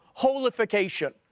holification